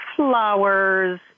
Flowers